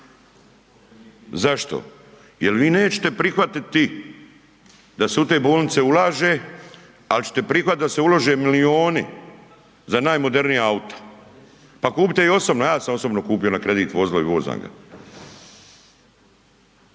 Zašto? Jel vi nećete prihvatiti da se u te bolnice ulaže, ali ćete prihvatiti da se ulože milijuni za najmodernija auta. Pa kupite ih osobno, ja sam osobno kupio na kredit vozilo i vozam ga.